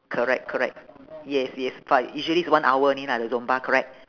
correct correct yes yes but usually is one hour only lah the zumba correct